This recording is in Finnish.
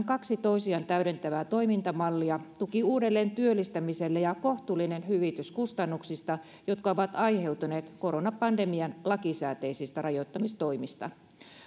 kaksi toisiaan täydentävää toimintamallia tuki uudelleentyöllistämiselle ja kohtuullinen hyvitys kustannuksista jotka ovat aiheutuneet koronapandemian lakisääteisistä rajoittamistoimista